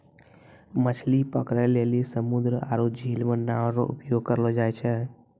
मछली पकड़ै लेली समुन्द्र आरु झील मे नांव रो उपयोग करलो जाय छै